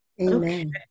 Amen